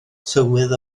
tywydd